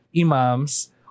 Imams